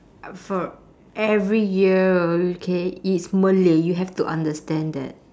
uh for every year okay it's malay you have to understand that